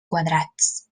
quadrats